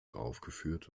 aufgeführt